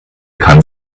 kann